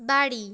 বাড়ি